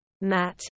Matt